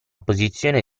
posizione